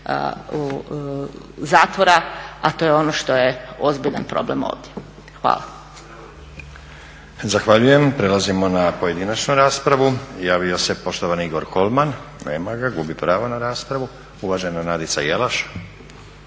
zatvora, a to je ono što je ozbiljan problem ovdje. Hvala. **Stazić, Nenad (SDP)** Zahvaljujem. Prelazimo na pojedinačnu raspravu. Javio se poštovani Igor Kolman. Nema ga. Gubi pravo na raspravu. Uvažena Nadica Jelaš.